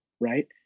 right